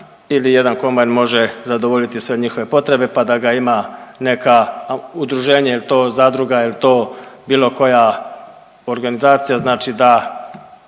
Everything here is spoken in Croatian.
ili 1 kombajn može zadovoljiti sve njihove potrebe, pa da ga ima neka udruženje, jel to zadruga, jel to bilo koja organizacija, znači da